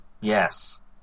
Yes